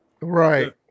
right